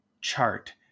chart